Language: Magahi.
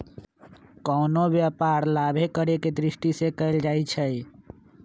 कोनो व्यापार लाभे करेके दृष्टि से कएल जाइ छइ